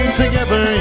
together